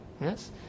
Yes